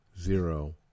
Zero